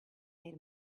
made